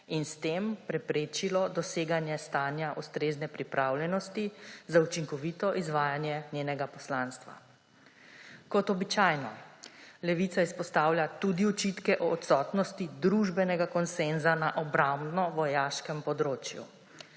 in s tem preprečilo doseganje stanja ustrezne pripravljenosti za učinkovito izvajanje njenega poslanstva. Kot običajno Levica izpostavlja tudi očitke o odsotnosti družbenega konsenza na obrambno-vojaškem področju.